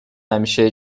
همیشه